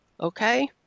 Okay